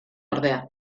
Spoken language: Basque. ordea